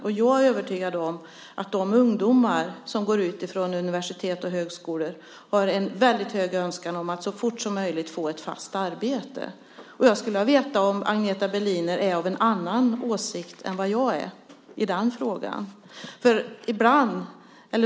Och jag är övertygad om att de ungdomar som går ut från universitet och högskolor har en väldigt hög önskan om att så fort som möjligt få ett fast arbete. Jag skulle vilja veta om Agneta Berliner är av en annan åsikt än vad jag är i frågan.